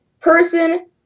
person